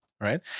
Right